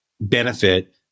benefit